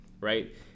right